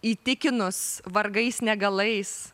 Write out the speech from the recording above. įtikinus vargais negalais